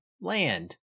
Land